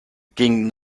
gingen